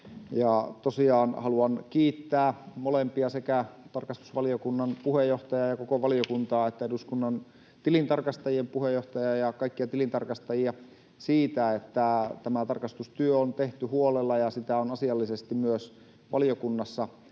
haluan kiittää molempia — sekä tarkastusvaliokunnan puheenjohtajaa ja koko valiokuntaa että eduskunnan tilintarkastajien puheenjohtajaa ja kaikkia tilintarkastajia — siitä, että tämä tarkastustyö on tehty huolella ja sitä on asiallisesti myös valiokunnassa